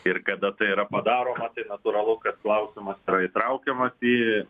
ir kada tai yra padaroma tai natūralu kad klausimas yra įtraukiamas į